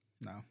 No